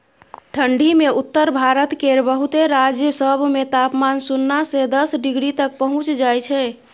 ठंढी मे उत्तर भारत केर बहुते राज्य सब मे तापमान सुन्ना से दस डिग्री तक पहुंच जाइ छै